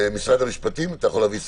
אני מבקש מהיועץ המשפטי לוועדה להציג לנו את